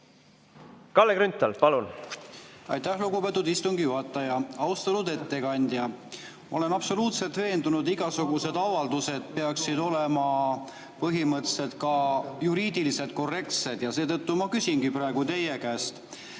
Kalle Grünthal, palun!